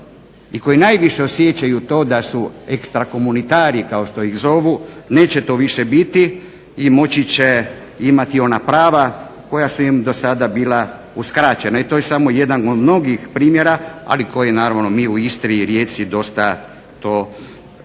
i koji najviše osjećaju to da su extra communitari kao što ih zovu neće to više biti i moći će imati ona prava koja su im do sada bila uskraćena. I to je samo jedan od mnogih primjera, ali koji naravno mi u Istri i Rijeci dosta to osjećamo